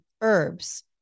herbs